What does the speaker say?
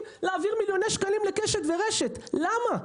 להעביר מיליוני שקלים לקשת ורשת למה?